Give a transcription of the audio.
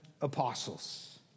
apostles